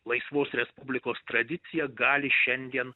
laisvos respublikos tradicija gali šiandien